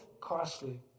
costly